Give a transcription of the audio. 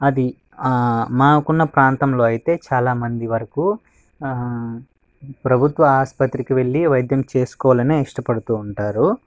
అది ఆ మాకున్న ప్రాంతంలో అయితే చాలా మంది వరకు ఆ ప్రభుత్వ ఆసుపత్రికి వెళ్ళి వైద్యం చేసుకోవాలని ఇష్టపడుతూ ఉంటారు